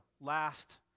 last